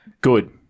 good